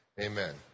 Amen